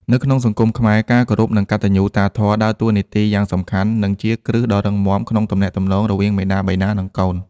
នៅក្នុងសង្គមខ្មែរ ការគោរព និងកតញ្ញុតាធម៌ ដើរតួនាទីយ៉ាងសំខាន់ និងជាគ្រឹះដ៏រឹងមាំក្នុងទំនាក់ទំនងរវាងមាតាបិតា និងកូន។